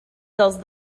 dels